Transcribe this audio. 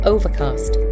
Overcast